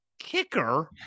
kicker